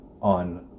on